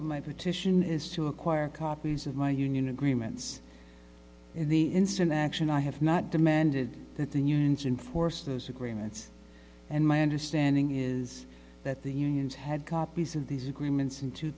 of my petition is to acquire copies of my union agreements in the instant action i have not demanded that in units in force those agreements and my understanding is that the unions had copies of these agreements in two